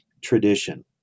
tradition